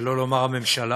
שלא לומר הממשלה,